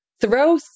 throw